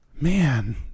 man